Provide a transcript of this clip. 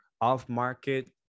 off-market